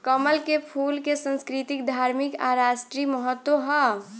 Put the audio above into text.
कमल के फूल के संस्कृतिक, धार्मिक आ राष्ट्रीय महत्व ह